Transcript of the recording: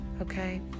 okay